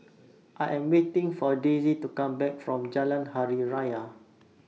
I Am waiting For Daisie to Come Back from Jalan Hari Raya